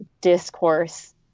discourse